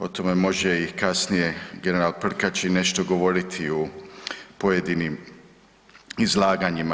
O tome može kasnije i general Prkačin nešto govoriti o pojedinim izlaganjima.